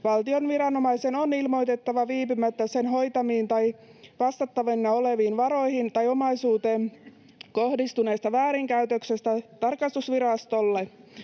valtion viranomaisen on ilmoitettava viipymättä sen hoitamiin tai vastattavina oleviin varoihin tai omaisuuteen kohdistuneesta väärinkäytöksestä tarkastusvirastolle.